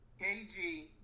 KG